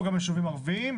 ישובים ערביים,